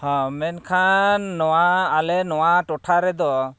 ᱦᱮᱸ ᱢᱮᱱᱠᱷᱟᱱ ᱱᱚᱣᱟ ᱟᱞᱮ ᱱᱚᱣᱟ ᱴᱚᱴᱷᱟ ᱨᱮᱫᱚ